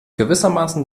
gewissermaßen